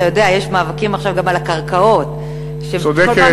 אתה יודע, יש מאבקים עכשיו גם על הקרקעות, צודקת.